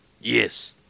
Yes